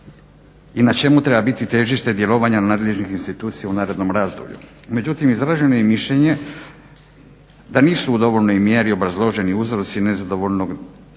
i na čemu treba biti težište djelovanja nadležnih institucija u narednom razdoblju. Međutim izraženo je mišljenje da nisu u dovoljnoj mjeri obrazloženi uzroci nezadovoljnog napretka